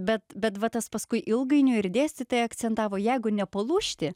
bet bet va tas paskui ilgainiui ir dėstytojai akcentavo jeigu nepalūžti